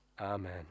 amen